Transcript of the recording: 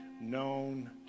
known